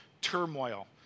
turmoil